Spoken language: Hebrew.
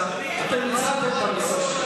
אתם ניצלתם את המכסה שלכם.